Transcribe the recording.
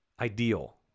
ideal